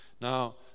now